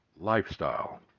lifestyle